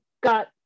got